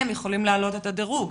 הם יכולים להעלות את הדירוג,